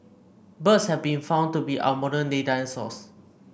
birds have been found to be our modern day dinosaurs